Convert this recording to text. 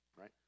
right